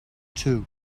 too